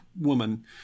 woman